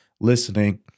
listening